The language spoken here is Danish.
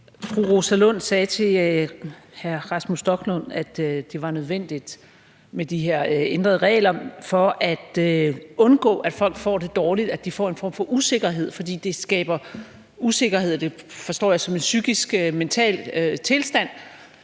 Fru Rosa Lund sagde til hr. Rasmus Stoklund, at det var nødvendigt med de her ændrede regler for at undgå, at folk får det dårligt, og at de får en form for usikkerhed. For det skaber usikkerhed, og det forstår jeg som en psykisk, mental tilstand,